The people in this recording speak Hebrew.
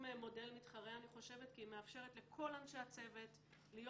מודל מתחרה אני חושבת כי היא מאפשרת לכל אנשי הצוות להיות